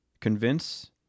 convince